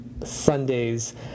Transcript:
sundays